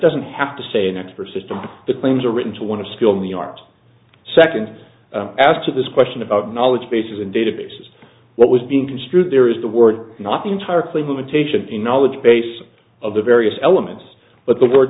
doesn't have to say an expert system the claims are written to want to skilled in the art seconds asks of this question about knowledge bases and databases what was being construed there is the word not the entire claim limitation in knowledge base of the various elements but the word